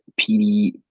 PD